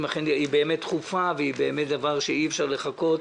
היא באמת דחופה, היא באמת דבר שאי אפשר לחכות